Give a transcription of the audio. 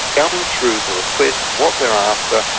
going through the requests, what they're after,